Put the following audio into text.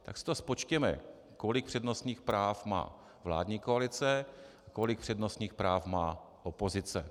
Tak si to spočtěme, kolik přednostních práv má vládní koalice, kolik přednostních práv má opozice.